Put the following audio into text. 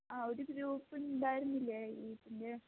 ആ ഒരു ഗ്രൂപ്പിണ്ടായിരുന്നില്ലെ ഇതിൽ